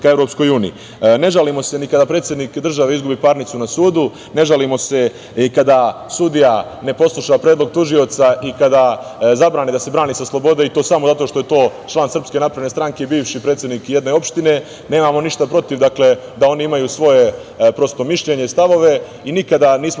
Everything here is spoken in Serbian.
EU.Ne žalimo se ni kada predsednik države izgubi parnicu na sudu, ne žalimo se ni kada sudija ne posluša predlog tužioca i kada zabrane da se brane sa slobode i to samo zato što je to član SNS, bivši predsednik jedne opštine. Nemamo ništa protiv da oni imaju svoje mišljenje i stavove, i nikada nismo